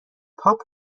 پاپ